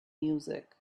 music